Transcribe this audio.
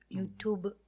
YouTube